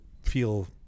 feel